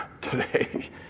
today